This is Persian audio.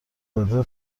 داره